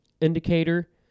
indicator